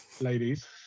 ladies